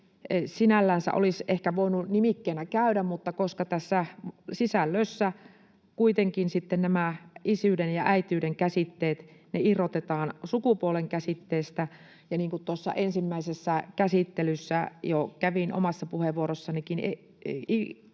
sinällänsä olisi ehkä voinut nimikkeenä käydä, mutta tässä sisällössä kuitenkin sitten nämä isyyden ja äitiyden käsitteet irrotetaan sukupuolen käsitteestä, ja niin kuin tuossa ensimmäisessä käsittelyssä jo kävin omassa puheenvuorossanikin